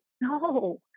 No